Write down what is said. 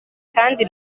kandi